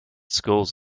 schools